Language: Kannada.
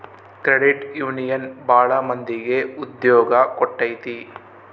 ಕ್ರೆಡಿಟ್ ಯೂನಿಯನ್ ಭಾಳ ಮಂದಿಗೆ ಉದ್ಯೋಗ ಕೊಟ್ಟೈತಿ